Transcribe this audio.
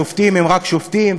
שופטים הם רק שופטים,